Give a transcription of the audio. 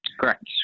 Correct